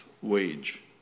wage